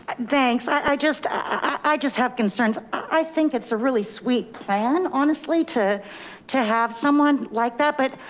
thanks, i just i just have concerns. i think it's a really sweet plan, honestly, to to have someone like that, but